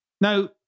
Now